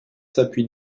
s’appuie